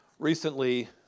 Recently